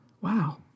Wow